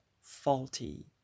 faulty